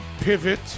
Pivot